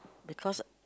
because